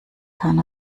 kann